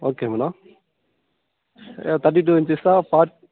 okay madam thirty two inches forty